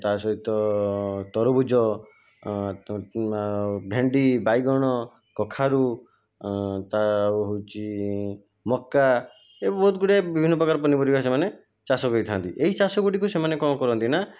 ତା' ସହିତ ତରଭୁଜ ଭେଣ୍ଡି ବାଇଗଣ କଖାରୁ ଅଁ ତ ଆଉ ହେଉଛି ମକା ଏ ବହୁତ୍ ଗୁଡ଼ିଏ ବିଭିନ୍ନ ପ୍ରକାର ପନିପରିବା ସେମାନେ ଚାଷ କରିଥାନ୍ତି ଏଇ ଚାଷ ଗୁଡ଼ିକୁ ସେମାନେ କ'ଣ କରନ୍ତି ନା